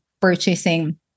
purchasing